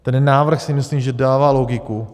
Ten návrh, si myslím, že dává logiku.